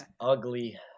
ugly